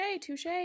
touche